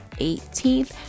18th